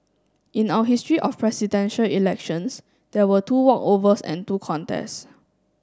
in our history of Presidential Elections there were two walkovers and two contests